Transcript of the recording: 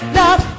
love